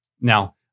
Now